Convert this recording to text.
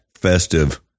festive